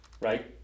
right